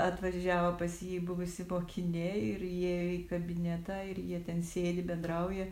atvažiavo pas jį buvusi mokinė ir įėjo į kabinetą ir jie ten sėdi bendrauja